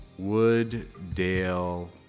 Wooddale